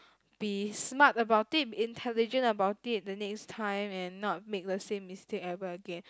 be smart about deep intelligent about it the next time and not make the same mistakes ever again